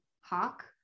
hawk